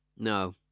No